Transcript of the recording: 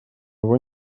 его